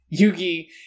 Yugi